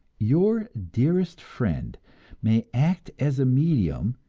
your dearest friend may act as a medium,